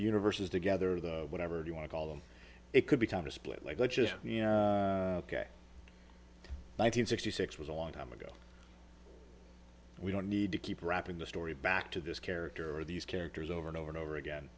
universe is together the whatever you want to call them it could be time to split like let's just you know nine hundred sixty six was a long time ago we don't need to keep rapping the story back to this character or these characters over and over and over again